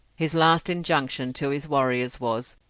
his last injunction to his warriors was,